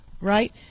Right